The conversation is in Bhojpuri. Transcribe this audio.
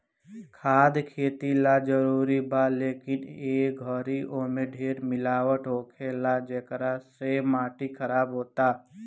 खाद खेती ला जरूरी बा, लेकिन ए घरी ओमे ढेर मिलावट होखेला, जेकरा से माटी खराब होता